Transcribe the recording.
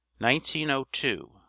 1902